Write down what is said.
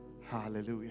Hallelujah